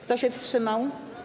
Kto się wstrzymał?